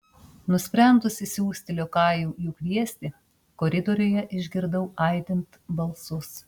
nusprendusi siųsti liokajų jų kviesti koridoriuje išgirdau aidint balsus